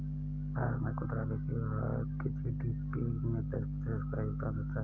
भारत में खुदरा बिक्री भारत के जी.डी.पी में दस प्रतिशत का योगदान देता है